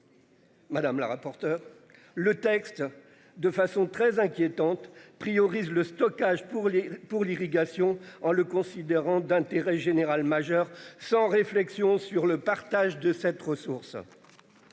Madame la rapporteur le texte de façon très inquiétante priorisent le stockage pour les pour l'irrigation en le considérant d'intérêt général majeur sans réflexion sur le partage de cette ressource.